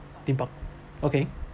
theme park okay